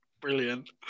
Brilliant